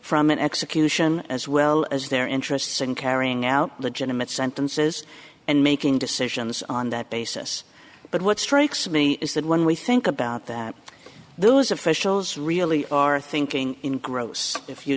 from an execution as well as their interests in carrying out legitimate sentences and making decisions on that basis but what strikes me is that when we think about that those officials really are thinking in gross if you